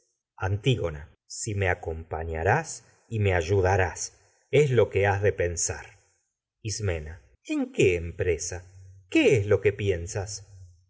antígona lo si me acompañarás y me ayudarás es que has de pensar ismena en qué empresa qué es a lo que piensas